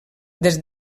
des